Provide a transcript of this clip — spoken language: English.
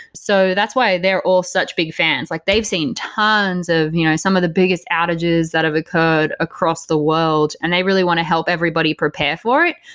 so that's why they're all such big fans. like they've seen tons of you know some of the biggest outages that have occurred across the world and they really want to help everybody prepare for it,